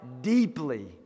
deeply